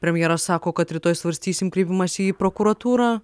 premjeras sako kad rytoj svarstysim kreipimąsi į prokuratūrą